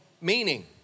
meaning